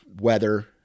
weather